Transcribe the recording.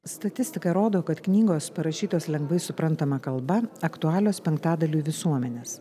statistika rodo kad knygos parašytos lengvai suprantama kalba aktualios penktadaliui visuomenės